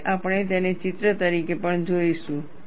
અને આપણે તેને ચિત્ર તરીકે પણ જોઈશું